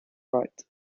right